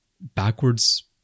backwards